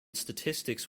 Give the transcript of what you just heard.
statistics